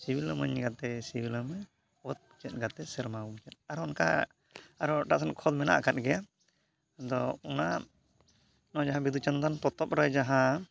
ᱥᱤᱵᱤᱞᱟᱢᱟᱹᱧ ᱜᱟᱛᱮ ᱥᱤᱵᱤᱞᱟᱢᱟᱹᱧ ᱚᱛ ᱢᱩᱪᱟᱹᱫ ᱜᱟᱛᱮ ᱥᱮᱨᱢᱟ ᱢᱩᱪᱟᱹᱫ ᱟᱨᱦᱚᱸ ᱚᱱᱠᱟ ᱟᱨᱦᱚᱸ ᱮᱴᱟᱜ ᱥᱮᱫ ᱠᱷᱚᱸᱫ ᱢᱮᱱᱟᱜ ᱟᱠᱟᱫ ᱜᱮᱭᱟ ᱟᱫᱚ ᱚᱱᱟ ᱡᱟᱦᱟᱸ ᱱᱚᱣᱟ ᱵᱤᱸᱫᱩᱼᱪᱟᱸᱫᱟᱱ ᱯᱚᱛᱚᱵ ᱨᱮ ᱡᱟᱦᱟᱸ